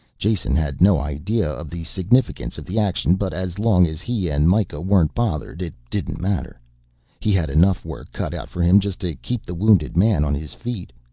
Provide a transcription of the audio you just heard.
jason had no idea of the significance of the action, but as long as he and mikah weren't bothered it didn't matter he had enough work cut out for him just to keep the wounded man on his feet.